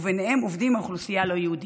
ובהם עובדים מהאוכלוסייה הלא-יהודית.